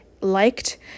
liked